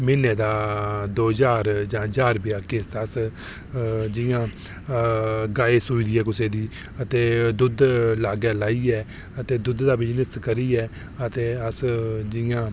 दो ज्हार जां ज्हार रपेआ किस्त असें जि'यां गाए सूई दी ऐ कुसै दी अते दुद्ध लागै लाइयै अते दुद्ध दी बिजनस करियै अते अस जि'यां